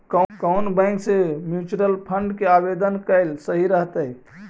कउन बैंक से mutual fund के आवेदन कयल सही रहतई?